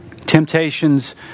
Temptations